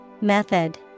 Method